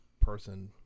person